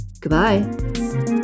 Goodbye